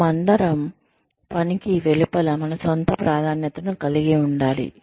మనమందరం పనికి వెలుపల మన స్వంత ప్రాధాన్యతలను కలిగి ఉండాలి